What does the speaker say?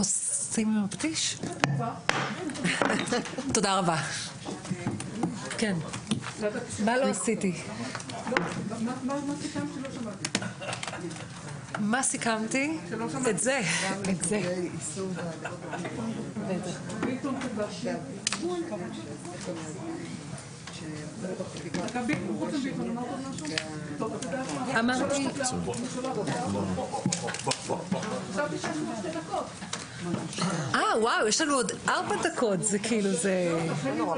הישיבה ננעלה בשעה 11:30.